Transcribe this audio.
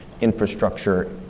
infrastructure